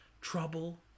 trouble